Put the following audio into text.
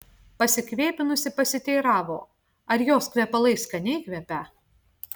pasikvėpinusi pasiteiravo ar jos kvepalai skaniai kvepią